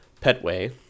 Petway